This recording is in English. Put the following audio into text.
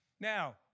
Now